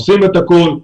עושים את הכול,